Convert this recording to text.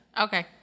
okay